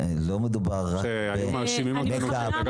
לא מדובר רק ב --- יש גבול לחוסר הענייניות שאפשר,